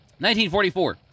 1944